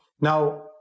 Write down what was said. Now